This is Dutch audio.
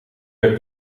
werd